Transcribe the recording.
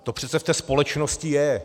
To přece v té společnosti je.